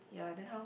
ya then how